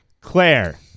Claire